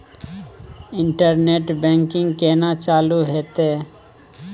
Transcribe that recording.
Internet banking केना चालू हेते?